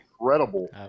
incredible